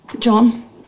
John